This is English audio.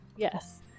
Yes